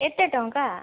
ଏତେ ଟଙ୍କା